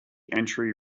entry